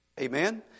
amen